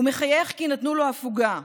הוא מחייך כי נתנו לו הפוגה,